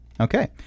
Okay